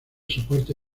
soporte